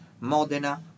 Modena